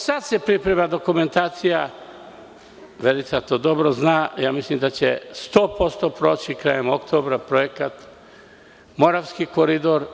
Sada se priprema dokumentacija, Verica to dobro zna, mislim da će 100% proći krajem oktobra projekat „Moravski koridor“